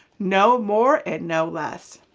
no more and no less.